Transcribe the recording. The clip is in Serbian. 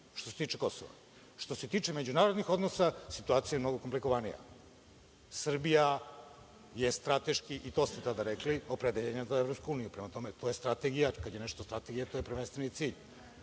što se tiče Kosova. Što se tiče međunarodnih odnosa, situacija je mnogo komplikovanija. Srbija je strateški, i to ste tada rekli, opredeljena za Evropsku uniju. Prema tome, to je strategija, kada je nešto strategija, to je prvenstveno i cilj.